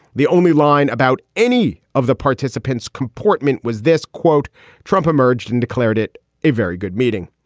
the only line about any of the participants comportment was this quote trump emerged and declared it a very good meeting.